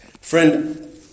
Friend